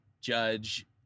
judge